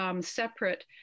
separate